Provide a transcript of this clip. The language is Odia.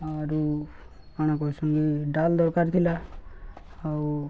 ଆରୁ କାଣା କହୁଥିସି ଡାଲ୍ ଦରକାର ଥିଲା ଆଉ